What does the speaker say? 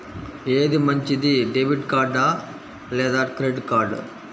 ఏది మంచిది, debit card లేదా క్రెడిట్ కార్డ్?